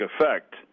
effect